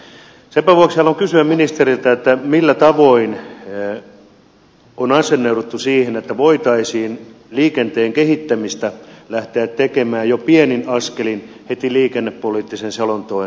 senpä vuoksi haluan kysyä ministeriltä millä tavoin on asennoiduttu siihen että voitaisiin liikenteen kehittämistä lähteä tekemään jo pienin askelin heti liikennepoliittisen selonteon päätyttyä